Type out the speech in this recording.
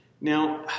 Now